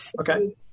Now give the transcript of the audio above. Okay